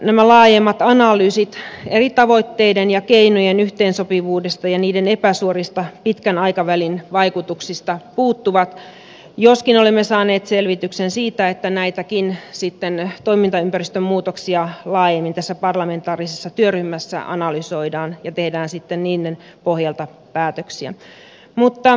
nämä laajemmat analyysit eri tavoitteiden ja keinojen yhteensopivuudesta ja niiden epäsuorista pitkän aikavälin vaikutuksista puuttuvat joskin olemme saaneet selvityksen siitä että näitä toimintaympäristön muutoksiakin laajemmin tässä parlamentaarisessa työryhmässä analysoidaan ja tehdään sitten niiden pohjalta päätöksiä